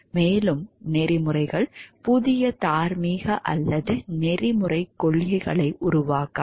மேலும் நெறிமுறைகள் புதிய தார்மீக அல்லது நெறிமுறைக் கொள்கைகளை உருவாக்காது